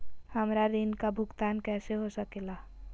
हमरा ऋण का भुगतान कैसे हो सके ला?